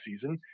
season